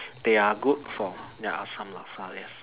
their good for their Asam laksa yes